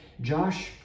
Josh